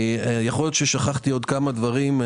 יכול להיות ששכחתי כמה דברים.